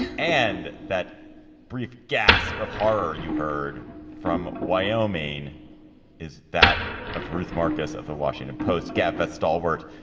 and that brief gasp of horror you heard from wyoming is that of ruth marcus of the washington post, gaffar stalwart,